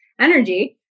energy